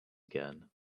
again